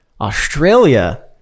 Australia